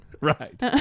Right